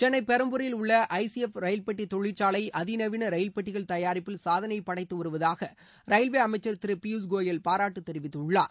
சென்னை பெரம்பூரில் உள்ள I C F ரயில்பெட்டி தொழிற்சாலை அதிநவீள ரயில்பெட்டிகள் தயாரிப்பில் சாதளை படைத்து வருவதாக ரயில்வே அமைச்சர் திரு பியூஷ் கோயல் பாராட்டு தெரிவித்துள்ளார்